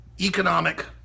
economic